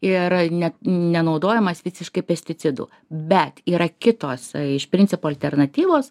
ir net nenaudojamas visiškai pesticidų bet yra kitos iš principo alternatyvos